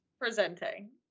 presenting